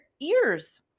ears